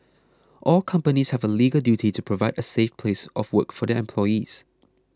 all companies have a legal duty to provide a safe place of work for their employees